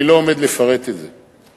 אני לא עומד לפרט את זה,